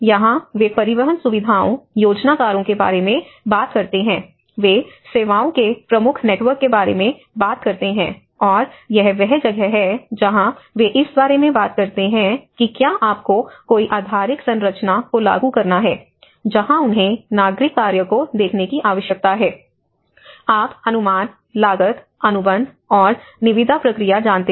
यहां वे परिवहन सुविधाओं योजनाकारों के बारे में बात करते हैं वे सेवाओं के प्रमुख नेटवर्क के बारे में बात करते हैं और यह वह जगह है जहां वे इस बारे में बात करते हैं कि क्या आपको कोई आधारिक संरचना को लागू करना है जहां उन्हें नागरिक कार्य को देखने की आवश्यकता है आप अनुमान लागत अनुबंध और निविदा प्रक्रिया जानते हैं